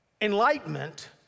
enlightenment